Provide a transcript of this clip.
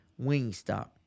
Wingstop